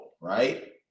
right